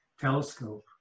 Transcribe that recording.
telescope